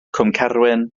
cwmcerwyn